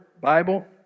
Bible